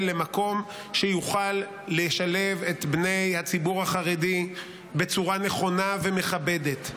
למקום שיוכל לשלב את בני הציבור החרדי בצורה נכונה ומכבדת.